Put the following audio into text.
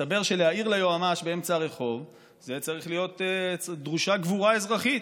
מסתבר שכדי להעיר ליועמ"ש באמצע הרחוב דרושה גבורה אזרחית.